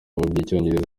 by’icyongereza